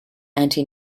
anti